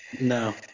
No